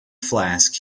flask